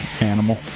animal